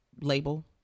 label